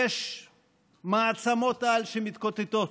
יש מעצמות-על שמתקוטטות,